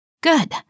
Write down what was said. Good